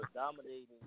dominating